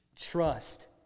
Trust